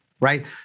Right